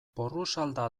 porrusalda